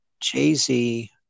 Jay-Z